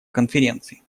конференции